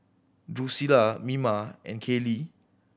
Drusilla Mima and Kailee